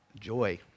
joy